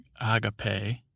agape